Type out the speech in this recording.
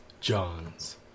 Johns